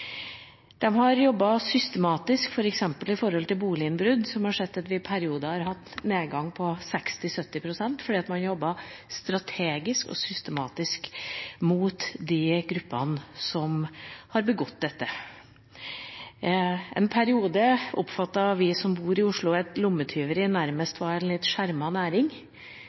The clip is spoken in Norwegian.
har jobbet systematisk med f.eks. boliginnbrudd, som har gjort at vi i perioder har hatt en nedgang på 60–70 pst., fordi man har jobbet strategisk og systematisk mot de gruppene som har begått dette. I en periode oppfattet vi som bor i Oslo, at lommetyveri nærmest var en litt skjermet næring,